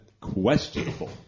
questionable